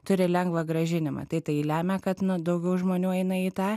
turi lengvą grąžinimą tai tai lemia kad daugiau žmonių eina į tą